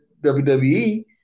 WWE